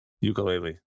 ukulele